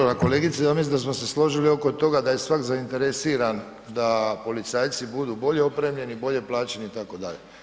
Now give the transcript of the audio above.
Štovana kolegice, ja mislim da smo se složili oko toga da je svak zainteresiran da policajci budu bolje opremljeni, bolje plaćeni itd.